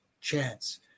chance